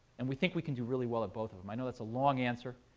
and we think we can do really well at both of them. i know that's a long answer,